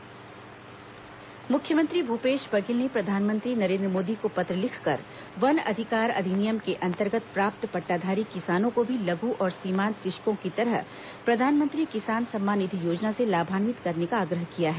मुख्यमंत्री प्रधानमंत्री पत्र मुख्यमंत्री भूपेश बघेल ने प्रधानमंत्री नरेन्द्र मोदी को पत्र लिखकर वन अधिकार अधिनियम के अंतर्गत प्राप्त पद्दाधारी किसानों को भी लघु और सीमांत कृषकों की तरह प्रधानमंत्री किसान सम्मान निधि योजना से लाभान्वित करने का आग्रह किया है